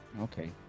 Okay